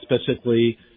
specifically